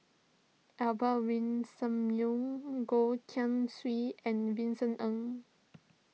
Albert Winsemius Goh Keng Swee and Vincent Ng